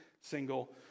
single